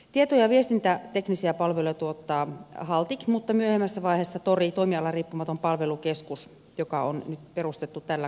tieto ja viestintäteknisiä palveluja tuottaa haltik mutta myöhemmässä vaiheessa tori toimialariippumaton palvelukeskus joka on nyt perustettu tällä kaudella